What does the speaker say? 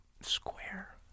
square